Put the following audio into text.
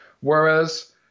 Whereas